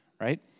right